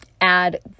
Add